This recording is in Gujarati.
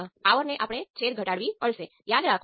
માપો છો